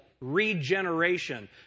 regeneration